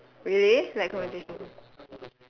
really like conversational